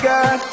God